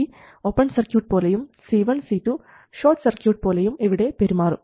RG open circuit പോലെയും C1 C2 short circuit പോലെയും ഇവിടെ പെരുമാറും